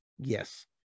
Yes